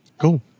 Cool